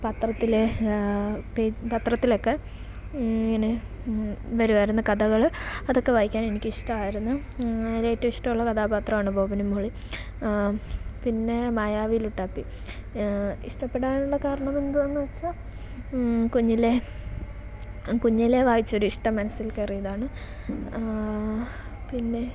പത്രത്തിലെ പെ പത്രത്തിലൊക്കെ ഇങ്ങനെ വരുവായിരുന്നു കഥകള് അതൊക്കെ വായിക്കാൻ എനിക്കിഷ്ടവായിരുന്നു അതില് ഏറ്റവും ഇഷ്ടം ഉള്ള കഥാപാത്രവാണ് ബോബനും മോളിയും പിന്നെ മായാവി ലുട്ടാപ്പി ഇഷ്ടപ്പെടാനുള്ള കാരണം എന്തുവാണെന്ന് വെച്ചാൽ കുഞ്ഞിലെ കുഞ്ഞിലെ വായിച്ചൊര് ഇഷ്ടം മനസ്സിൽ കയറിയതാണ് പിന്നെ